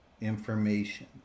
information